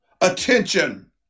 attention